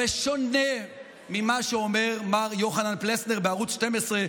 בשונה ממה שאומר מר יוחנן פלסנר בערוץ 12,